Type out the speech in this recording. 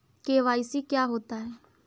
KYC क्या होता है?